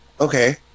okay